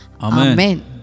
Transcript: Amen